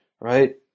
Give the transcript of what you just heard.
Right